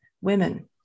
women